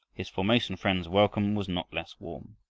his formosan friends' welcome was not less warm.